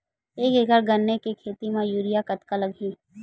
एक एकड़ गन्ने के खेती म यूरिया कतका लगही?